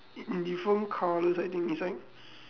different colours I think design